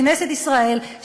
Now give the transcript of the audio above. בכנסת ישראל,